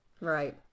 Right